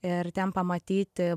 ir ten pamatyti